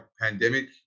pandemic